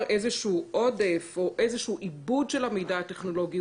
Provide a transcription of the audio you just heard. איזשהו עודף או עיבוד של המידע הטכנולוגי,